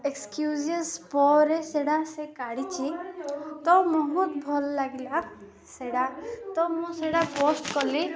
excuses ପରେ ସେଇଟା ସେ କାଢ଼ିଛିି ତ ବହୁତ ଭଲ ଲାଗିଲା ସେଇଟା ତ ମୁଁ ସେଇଟା ପୋଷ୍ଟ କଲି